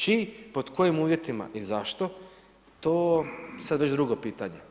Čiji, pod kojim uvjetima i zašto to je sad već drugo pitanje.